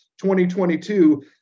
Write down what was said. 2022